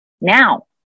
Now